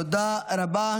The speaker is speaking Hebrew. תודה רבה.